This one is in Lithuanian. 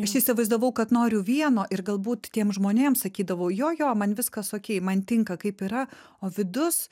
aš įsivaizdavau kad noriu vieno ir galbūt tiem žmonėm sakydavau jo jo man viskas okei man tinka kaip yra o vidus